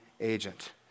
agent